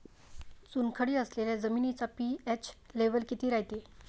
चुनखडी असलेल्या जमिनीचा पी.एच लेव्हल किती रायते?